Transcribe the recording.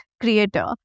creator